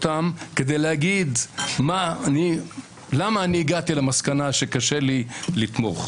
כדי להגיד למה הגעתי למסקנה שקשה לי לתמוך.